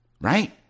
right